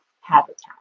habitat